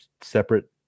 separate